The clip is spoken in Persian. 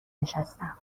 نشستم